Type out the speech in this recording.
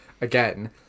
again